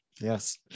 Yes